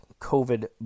COVID